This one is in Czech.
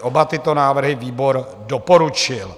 Oba tyto návrhy výbor doporučuje.